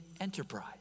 enterprise